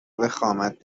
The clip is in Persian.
وخامت